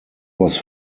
was